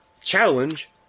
challenge